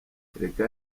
cyeretse